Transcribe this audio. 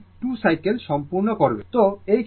এটি 2 সাইকেল সম্পূর্ণ করবে